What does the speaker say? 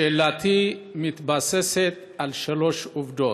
שאלתי מתבססת על שלוש עובדות: